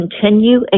continue